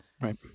Right